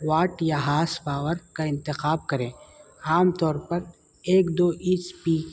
what یا horsepower کا انتخاب کرے عام طور پر ایک دو ایچ پی